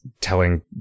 telling